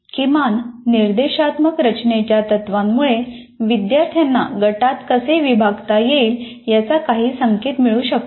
किमान निर्देशात्मक रचनेच्या तत्त्वांमुळे विद्यार्थ्यांना गटात कसे विभागता येईल याचा काही संकेत मिळू शकतो